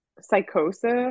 psychosis